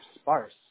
sparse